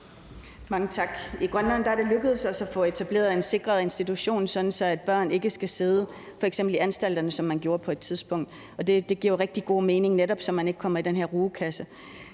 Mange tak. I Grønland er det lykkedes os at få etableret en sikret institution, sådan at børn ikke skal sidde i f.eks. anstalterne, som man gjorde på et tidspunkt, og det giver jo rigtig god mening, så man netop ikke kommer i den her rugekasse.